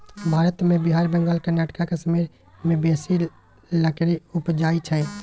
भारत मे बिहार, बंगाल, कर्नाटक, कश्मीर मे बेसी लकड़ी उपजइ छै